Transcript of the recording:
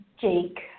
Jake